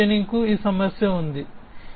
backward chaining కు ఈ సమస్య ఉంది